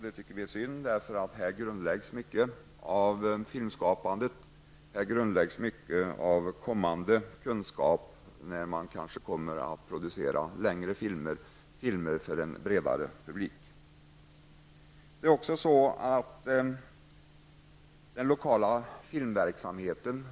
Det tycker vi är synd -- här grundläggs mycket av filmskapandet, här grundläggs mycket av den kunskap som behövs när man kommer att producera längre filmer, filmer för en bredare pubik. Centern vill också stödja den lokala filmverksamheten.